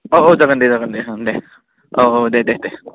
औ औ जागोन दे जागोन दे ओं देह औ देह देह